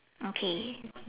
okay